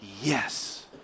yes